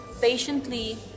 patiently